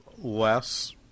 less